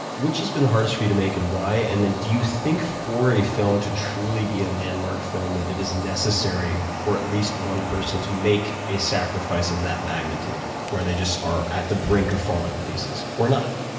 which has been the hardest for you to make and why, and then do you think for a film to truly be a landmark film, that it is necessary for at least one person to make a sacrifice of that magnitude, where they just are at the brink of falling to pieces, or not?